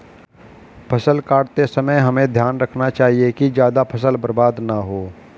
फसल काटते समय हमें ध्यान रखना चाहिए कि ज्यादा फसल बर्बाद न हो